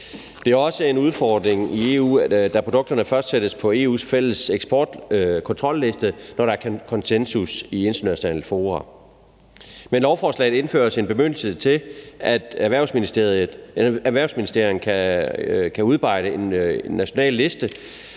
Det er en udfordring i EU, da produkterne først sættes på EU's fælles eksportkontrolliste, når der er konsensus i internationalt fora. Med lovforslaget indføres en bemyndigelse til, at erhvervsministeren kan udarbejde en national liste